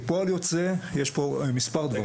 כפועל יוצא יש פה מספר דברים.